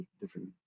different